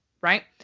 right